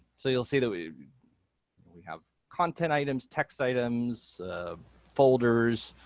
so you'll see that we we have content items, text items folders,